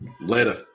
Later